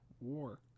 War